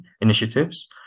initiatives